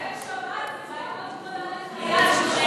להישאר שבת זאת בעיה מאוד גדולה לחייל שנענש,